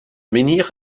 menhir